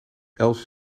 els